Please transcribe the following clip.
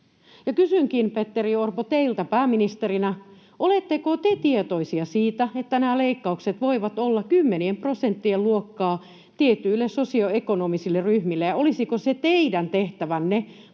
Kysynkin, Petteri Orpo, teiltä pääministerinä, oletteko te tietoinen siitä, että nämä leikkaukset voivat olla kymmenien prosenttien luokkaa tietyille sosioekonomisille ryhmille, ja olisiko se teidän tehtävänne